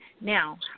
Now